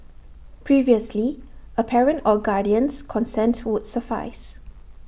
previously A parent or guardian's consent would suffice